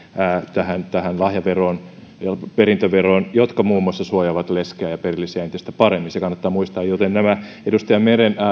tähän tähän lahja ja perintöveroon jotka muun muassa suojaavat leskeä ja perillisiä entistä paremmin se kannattaa muistaa joten nämä edustaja meren